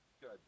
Good